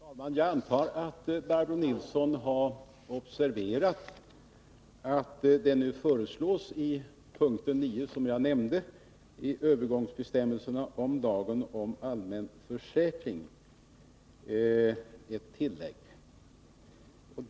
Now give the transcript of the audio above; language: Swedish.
Herr talman! Jag antar att Barbro Nilsson i Visby har observerat att det nu i punkt 9 i övergångsbestämmelserna om lagen om allmän försäkring föreslås ett tillägg, som jag nämnde.